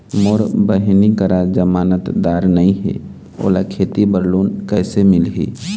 मोर बहिनी करा जमानतदार नई हे, ओला खेती बर लोन कइसे मिलही?